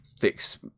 fix